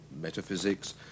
metaphysics